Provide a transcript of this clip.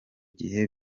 gihe